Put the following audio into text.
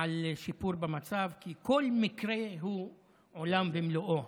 על שיפור במצב, כי כל מקרה הוא עולם ומלואו.